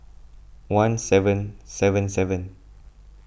one seven seven seven